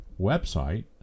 website